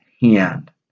hand